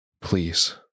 please